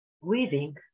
Weaving